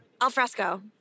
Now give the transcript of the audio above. alfresco